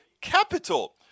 capital